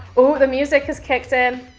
oh the music has kicked in.